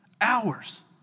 hours